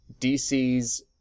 DC's